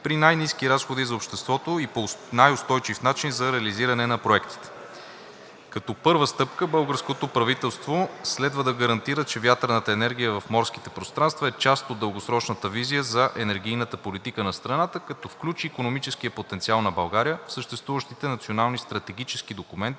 при най-ниски разходи за обществото и по най-устойчив начин за реализиране на проектите. Като първа стъпка българското правителство следва да гарантира, че вятърната енергия в морските пространства е част от дългосрочната визия за енергийната политика на страната, като включи икономическия потенциал на България в съществуващите национални стратегически документи